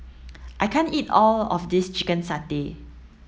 I can't eat all of this chicken satay